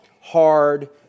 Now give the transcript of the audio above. hard